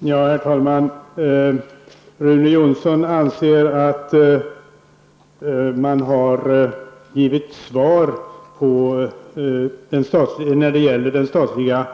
Herr talman! Rune Jonsson anser att det har getts ett svar på frågan om den statliga